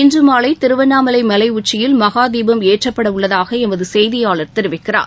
இன்று மாலை திருவண்ணாமலை மலைச்சியில் மகாதீபம் ஏற்றப்படவுள்ளதாக எமது செய்தியாளர் தெரிவிக்கிறார்